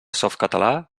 softcatalà